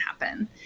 happen